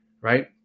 right